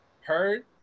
heard